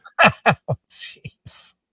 jeez